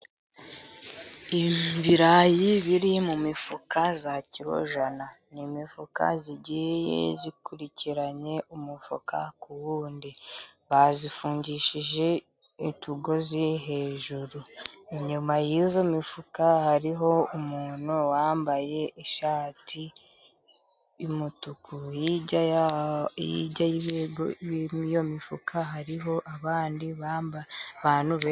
Ibirayi biri mu mifuka ya kiro ijana, ni imifuka igiye ikurikiranye, umufuka ku wundi, bayifungishije utugozi hejuru. Inyuma y'iyo mifuka hariho umuntu wambaye ishati y'umutuku, hirya y'iyo mifuka hariho abandi bamba.., bantu be...